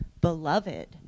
beloved